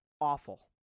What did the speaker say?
awful